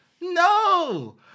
No